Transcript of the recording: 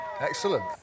Excellent